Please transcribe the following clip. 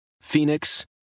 Phoenix